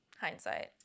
hindsight